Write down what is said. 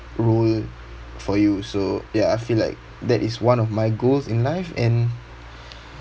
role for you so ya I feel like that is one of my goals in life and